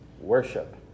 worship